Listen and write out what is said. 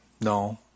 No